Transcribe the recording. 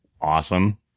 awesome